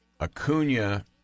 Acuna